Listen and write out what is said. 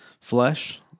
flesh